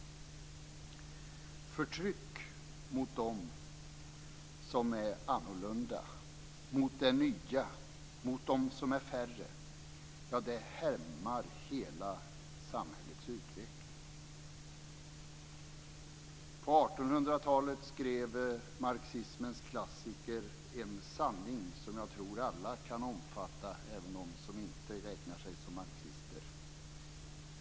Förtryck mot dem som är annorlunda, mot det nya och mot de som är färre hämmar hela samhällets utveckling. På 1800-talet skrev marxismens klassiker en sanning som jag tror alla kan omfatta, även de som inte räknar sig som marxister.